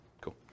Cool